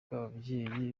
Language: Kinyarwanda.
n’ababyeyi